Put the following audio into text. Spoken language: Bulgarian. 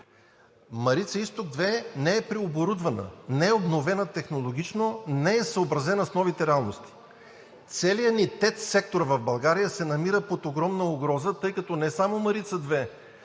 „Марица Изток 2“ не е преоборудвана, не е обновена технологично, не е съобразена с новите реалности. Целият ни ТЕЦ сектор в България се намира под огромна угроза, тъй като не само „Марица